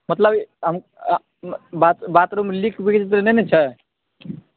मतलब bathroom leak उक नहि ने छै